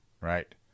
right